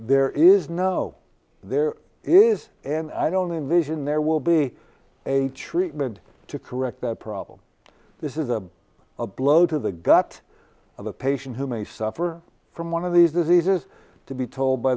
there is no there is and i don't envision there will be a treatment to correct that problem this is a blow to the gut of the patient who may suffer from one of these diseases to be told by